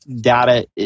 data